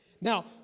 Now